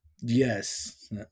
Yes